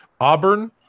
Auburn